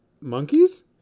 monkeys